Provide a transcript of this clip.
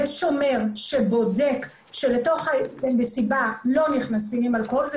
יהיה שומר שבודק שלתוך המסיבה לא נכנסים עם אלכוהול זה